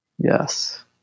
Yes